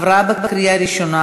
לוועדה שתקבע